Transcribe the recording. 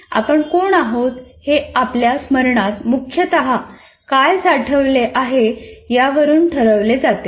आपण कोण आहोत हे आपल्या स्मरणात मुख्यतः काय साठवले आहे यावरून ठरवले जाते